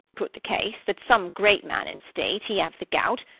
put the case, that some great man in state, he have the gout,